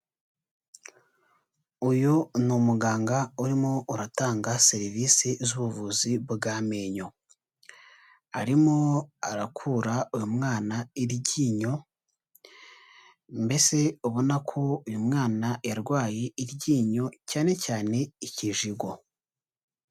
Uyu n'umuganga urimo uratanga serivisi z'ubuvuzi bw'amenyo. Arimo arakura uyu mwana iryinyo, mbese ubona ko uyu mwana yarwaye iryinyo cyane cyane ikijigo.